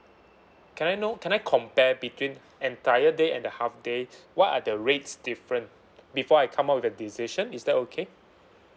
can I know can I compare between entire day and a half day what are the rates different before I come out with a decision is that okay